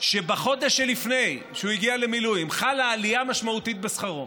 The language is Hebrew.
שבחודש שלפני שהוא הגיע למילואים חלה עלייה משמעותית בשכרו,